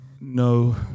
No